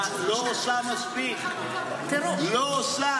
כי הממשלה שאת חברה בה לא עושה מספיק.